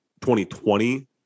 2020